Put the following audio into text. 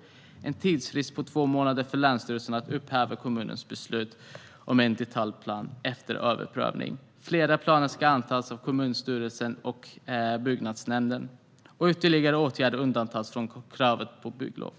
Det blir en tidsfrist på två månader för länsstyrelsen vad gäller att upphäva kommunens beslut om en detaljplan efter överprövning. Fler planer ska antas av kommunstyrelsen och byggnadsnämnden. Ytterligare åtgärder undantas från kravet på bygglov.